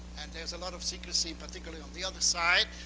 and there's a lot of secrecy, particularly on the other side.